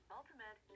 Ultimate